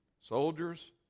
Soldiers